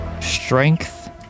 strength